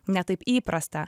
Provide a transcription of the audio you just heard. ne taip įprasta